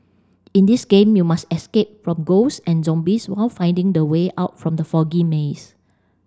in this game you must escape from ghosts and zombies while finding the way out from the foggy maze